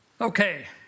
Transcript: Okay